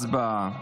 הצבעה.